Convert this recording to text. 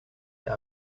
der